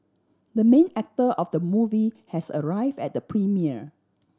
the main actor of the movie has arrive at the premiere